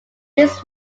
his